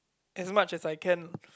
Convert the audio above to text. as much as I can